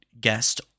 guest